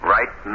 Right